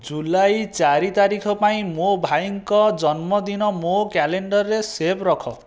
ଜୁଲାଇ ଚାରି ତାରିଖ ପାଇଁ ମୋ ଭାଇଙ୍କ ଜନ୍ମଦିନ ମୋ କ୍ୟାଲେଣ୍ଡରରେ ସେଭ୍ ରଖ